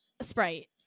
Sprite